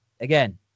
Again